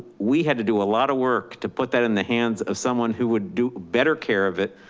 we had to do a lot of work to put that in the hands of someone who would do better care of it,